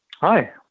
Hi